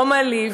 לא מלהיב,